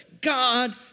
God